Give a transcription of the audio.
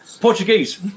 portuguese